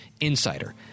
insider